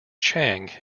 chang